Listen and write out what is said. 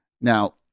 Now